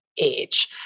age